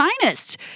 finest